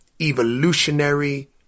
evolutionary